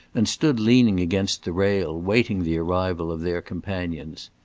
and stood leaning against the rail, waiting the arrival of their companions.